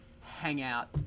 hangout